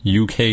UK